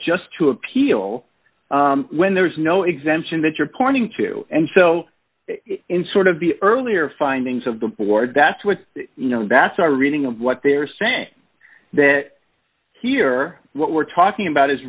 just to appeal when there is no exemption that you're pointing to and so in sort of the earlier findings of the board that's what you know that's our reading of what they're saying that here what we're talking about is